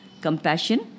compassion